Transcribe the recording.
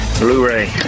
Blu-ray